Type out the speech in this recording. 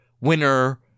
winner